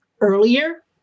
earlier